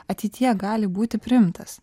ateityje gali būti priimtas